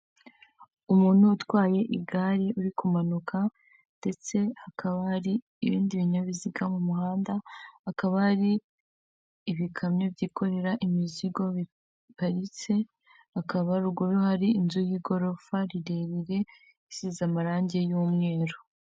Umuntu utwaye igare uri kumanuka, ndetse hakaba hari ibindi binyabiziga mu muhanda, hakaba hari ibikamyo byikorera imizigo biparitse, akaba ruguru hari inzu y'igorofa rirerire isize amarangi y'umweru.